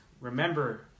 remember